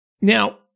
Now